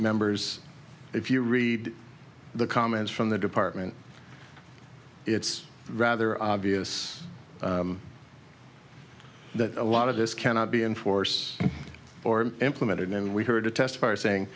members if you read the comments from the department it's rather obvious that a lot of this cannot be enforce or implemented and we heard a test fire saying